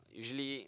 usually